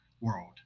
world